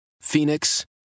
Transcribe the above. Phoenix